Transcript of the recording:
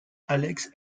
alex